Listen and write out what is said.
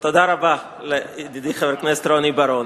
תודה רבה לידידי חבר הכנסת רוני בר-און.